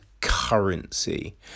currency